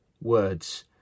words